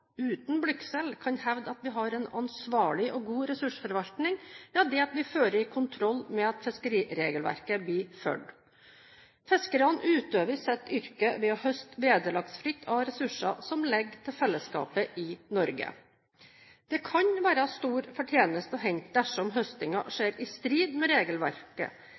uten blygsel, kan hevde at vi har en ansvarlig og god ressursforvaltning, er at vi fører kontroll med at fiskeriregelverket blir fulgt. Fiskerne utøver sitt yrke ved å høste vederlagsfritt av ressurser som ligger til fellesskapet i Norge. Det kan være stor fortjeneste å hente dersom høstingen skjer i strid med regelverket.